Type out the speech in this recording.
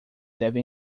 deve